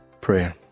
prayer